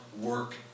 work